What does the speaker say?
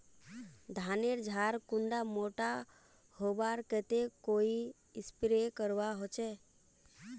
धानेर झार कुंडा मोटा होबार केते कोई स्प्रे करवा होचए?